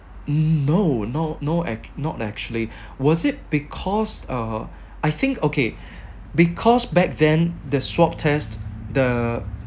no no no act~ not actually was it because uh I think okay because back then the swab test the